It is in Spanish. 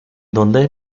donde